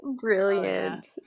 Brilliant